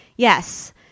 Yes